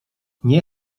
nie